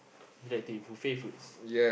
you like to eat buffet foods